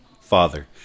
father